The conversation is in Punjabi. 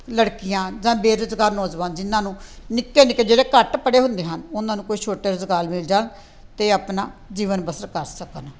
ਲੜਕੀਆਂ ਜਾਂ ਬੇਰੁਜ਼ਗਾਰ ਨੌਜਵਾਨ ਜਿੰਨ੍ਹਾਂ ਨੂੰ ਨਿੱਕੇ ਨਿੱਕੇ ਜਿਹੜੇ ਘੱਟ ਪੜ੍ਹੇ ਹੁੰਦੇ ਹਨ ਉਹਨਾਂ ਨੂੰ ਕੋਈ ਛੋਟੇ ਰੁਜ਼ਗਾਰ ਮਿਲ ਜਾਣ ਅਤੇ ਆਪਣਾ ਜੀਵਨ ਬਸਰ ਕਰ ਸਕਣ